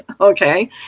okay